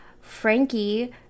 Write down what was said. Frankie